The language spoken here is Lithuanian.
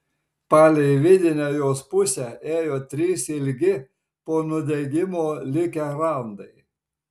palei vidinę jos pusę ėjo trys ilgi po nudegimo likę randai